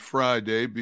Friday